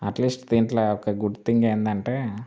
at least దీంట్లో ఒక good thing ఏంటంటే